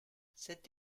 cette